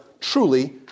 truly